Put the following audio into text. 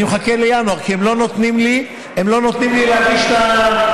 אני מחכה לינואר כי הם לא נותנים לי להגיש את האישורים,